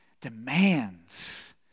demands